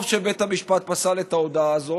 טוב שבית המשפט פסל את ההודאה הזאת.